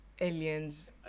aliens